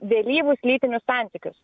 vėlyvus lytinius santykius